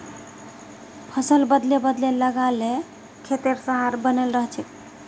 फसल बदले बदले लगा ल खेतेर सहार बने रहछेक